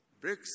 BRICS